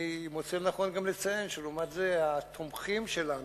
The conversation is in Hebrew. אני מוצא לנכון גם לציין שלעומת זה התומכים שלנו,